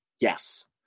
Yes